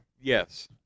Yes